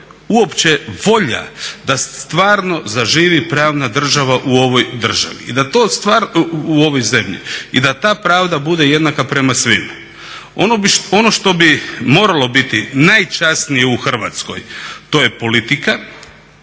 uopće volja da stvarno zaživi pravna država u ovoj državi, u ovoj zemlji i da ta pravda bude jednaka prema svima. Ono što bi moralo biti najčasnije u Hrvatskoj to je politika,